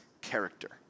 character